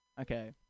Okay